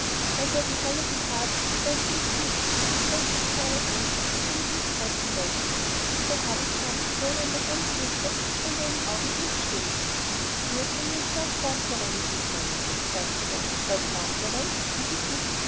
als er die halle betrat stand sie ihm zunächst und cedrik sah ihr an daß sie mit ihm sprechen wolle mr havisham der ihn an der hand führte stand einen augenblick still hier bringe ich lord fauntleroy mrs mellon sagte er lord fauntleroy dies ist mrs